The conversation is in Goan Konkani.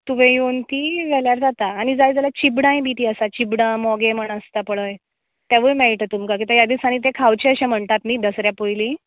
तुंवें येवन ती व्हेल्यार जाता आनी जाय जाल्यार चिबडांय बी ती आसा चिबडां मोगे म्हण आसता ते पळय तेवूय मेळटा तुमका कित्या ह्या दिसांनी ते खावचे अशे म्हणटात न्ही दसऱ्या पयलीं